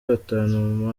batanu